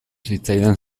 zitzaidan